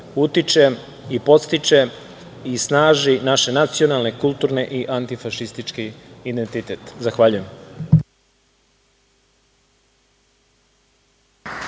utiče i podstiče i snaži naše nacionalne, kulturne i antifašistički identitet. Zahvaljujem.